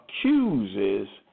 accuses